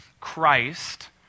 Christ